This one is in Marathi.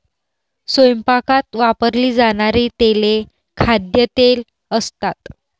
स्वयंपाकात वापरली जाणारी तेले खाद्यतेल असतात